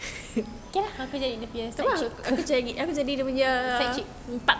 okay lah friendship